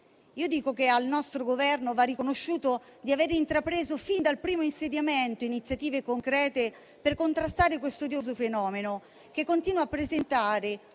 macchina. Al nostro Governo va riconosciuto di aver intrapreso fin dal primo insediamento iniziative concrete per contrastare questo odioso fenomeno, che continua a presentare